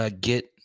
get